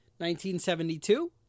1972